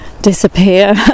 disappear